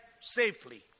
safely